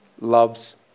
loves